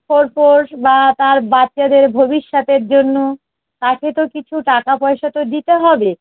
খোর পোষ বা তার বাচ্চাদের ভবিষ্যতের জন্য তাকে তো কিছু টাকা পয়সা তো দিতে হবে